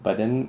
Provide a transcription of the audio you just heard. but then